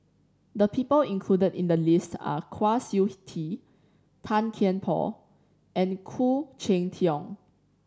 the people included in the list are Kwa Siew Tee Tan Kian Por and Khoo Cheng Tiong